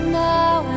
now